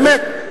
באמת.